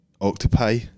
Octopi